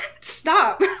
stop